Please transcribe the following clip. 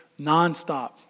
nonstop